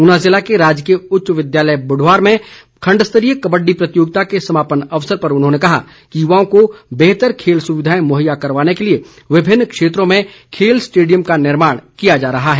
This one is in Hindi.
ऊना ज़िले के राजकीय उच्च विद्यालय बुढवार में खण्डस्तरीय कबड़डी प्रतियोगिता के समापन अवसर पर उन्होंने कहा कि युवाओं को बेहतर खेल सुविधाएं महैया करवाने के लिए विभिन्न क्षेत्रों में खेल स्टेडियम का निर्माण किया जा रहा है